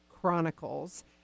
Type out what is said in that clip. Chronicles